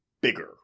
bigger